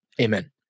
Amen